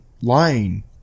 lying